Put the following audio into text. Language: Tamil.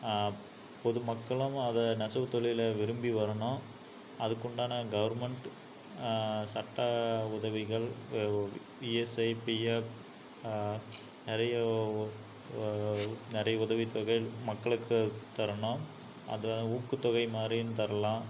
பொதுமக்களும் அதை நெசவுத் தொழிலை விரும்பி வரணும் அதுக்குண்டான கவர்மண்ட் சட்ட உதவிகள் இஎஸ்ஐ பிஎஃப் நிறைய நிறைய உதவித்தொகை மக்களுக்கு தரணும் அதை ஊக்குத்தொகை மாதிரியும் தரலாம்